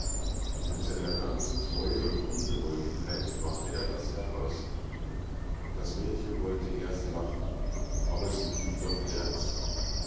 mit seiner ganzen treue und unbeholfenheit brachte er das heraus das mädchen wollte erst lachen aber sie blieb doch ernst